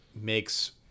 makes